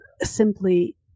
simply